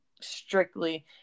strictly